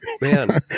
man